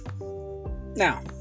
Now